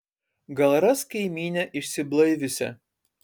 gal ras kaimynę išsiblaiviusią